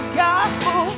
gospel